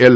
L